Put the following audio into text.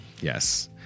Yes